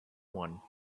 one